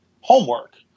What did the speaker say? homework